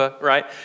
right